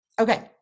okay